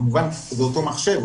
כמובן שזה אותו מחשב,